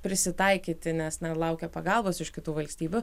prisitaikyti nes laukia pagalbos iš kitų valstybių